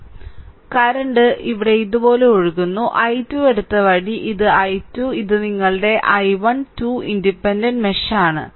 ഇത് തുറന്നിരിക്കുന്നു കറന്റ് ഇവിടെ ഇതുപോലെ ഒഴുകുന്നു i2 എടുത്ത വഴി ഇത് i2 ഇത് നിങ്ങളുടെ i1 2 ഇൻഡിപെൻഡന്റ് മെഷ് ആണ്